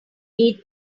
need